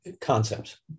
concepts